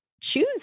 choose